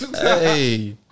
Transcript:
Hey